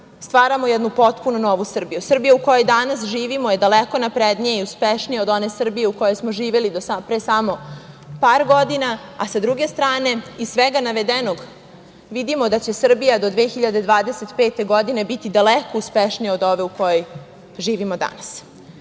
stvaramo jednu potpuno novu Srbiju. Srbija u kojoj danas živimo je daleko naprednija i uspešnija od one Srbije u kojoj smo živeli do pre samo par godina, a sa druge strane, iz svega navedenog, vidimo da će Srbija do 2025. godine biti daleko uspešnija od ove u kojoj živimo